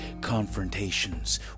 confrontations